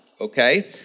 Okay